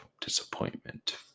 disappointment